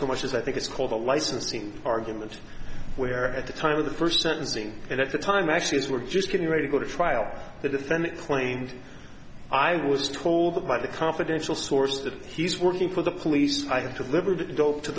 so much as i think it's called a licensing argument where at the time of the first sentencing and at the time actually as we're just getting ready to go to trial the defendant claimed i was told that by the confidential source that he's working for the police i have to live adult to